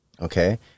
Okay